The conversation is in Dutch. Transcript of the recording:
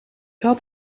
had